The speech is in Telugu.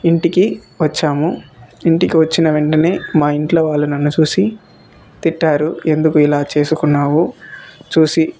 ఇంటికి వచ్చాము ఇంటికి వచ్చిన వెంటనే మా ఇంట్లో వాళ్ళు నన్ను చూసి తిట్టారు ఎందుకు ఇలా చేసుకున్నావు చూసి